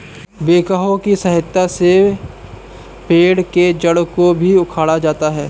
backhoe की सहायता से पेड़ के जड़ को भी उखाड़ा जाता है